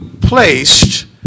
placed